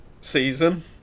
season